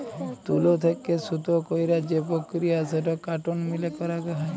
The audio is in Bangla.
তুলো থেক্যে সুতো কইরার যে প্রক্রিয়া সেটো কটন মিলে করাক হয়